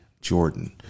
Jordan